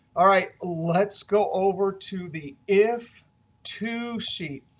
all right, let's go over to the if two sheet.